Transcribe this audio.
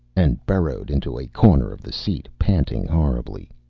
and burrowed into a corner of the seat, panting horribly.